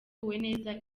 neza